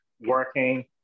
working